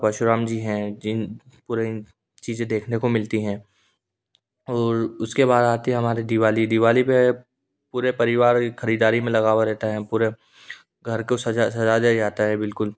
परशुराम जी हैं जिन पूरे चीज़े देखने को मिलती है और उसके बाद आती है हमारी दीवाली दीवाली पर पूरा परिवार ख़रीदारी में लगा हुआ रहता है पूरे घर को सजा सजा दिया जाता है बिल्कुल